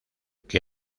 que